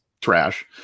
trash